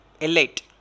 Elite